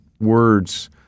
words